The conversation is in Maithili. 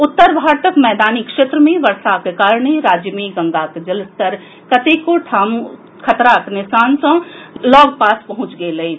उत्तर भारतक मैदानी क्षेत्र मे वर्षाक कारणे राज्य मे गंगाक जलस्तर कतेको ठाम खतराक निशानक लऽग पास पहुंचि गेल अछि